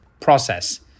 process